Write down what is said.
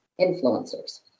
influencers